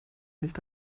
nicht